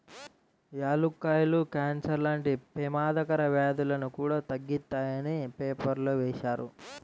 యాలుక్కాయాలు కాన్సర్ లాంటి పెమాదకర వ్యాధులను కూడా తగ్గిత్తాయని పేపర్లో వేశారు